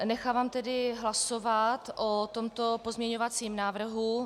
Nechávám tedy hlasovat o tomto pozměňovacím návrhu.